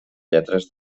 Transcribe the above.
lletres